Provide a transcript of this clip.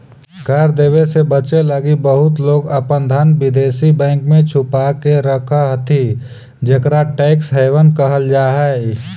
कर देवे से बचे लगी बहुत लोग अपन धन विदेशी बैंक में छुपा के रखऽ हथि जेकरा टैक्स हैवन कहल जा हई